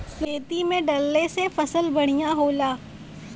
खेती में डलले से फसल बढ़िया होला